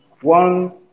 one